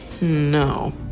No